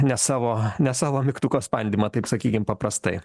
ne savo ne savo mygtuko spandymą taip sakykim paprastai